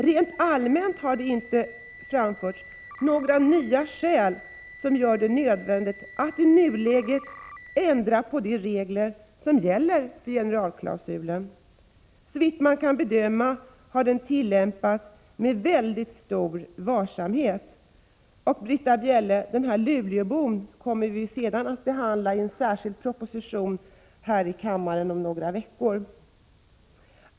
Rent allmänt har det inte framförts några nya skäl som gör det nödvändigt att i nuläget ändra på de regler som gäller för generalklausulen. Såvitt man kan bedöma har den tillämpats med mycket stor varsamhet. Och, Britta Bjelle, frågan om den luleåbo som det talades om kommer vi att behandla här i kammaren om några veckor med anledning av en särskild proposition.